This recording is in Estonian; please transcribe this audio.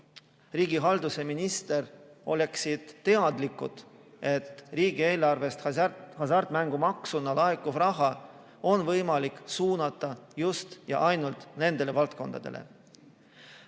riigihalduse minister oleksid teadlikud, et riigieelarvesse hasartmängumaksuna laekuv raha on võimalik suunata just ja ainult nendele valdkondadele.